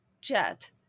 JET